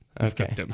Okay